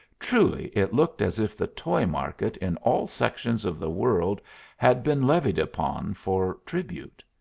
truly it looked as if the toy-market in all sections of the world had been levied upon for tribute.